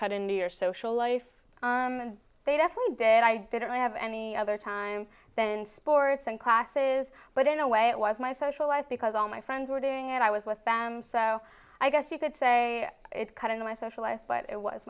cut into your social life and they definitely did i didn't have any other time than sports and classes but in a way it was my social life because all my friends were doing and i was with them so i guess you could say it's kind of my social life but it was